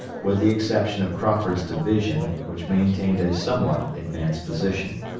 with the exception of crawford's division which maintained a somewhat advanced position.